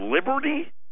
liberty